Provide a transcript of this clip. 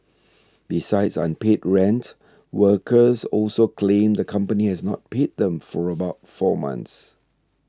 besides unpaid rent workers also claimed the company has not paid them for about four months